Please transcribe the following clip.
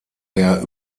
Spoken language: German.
der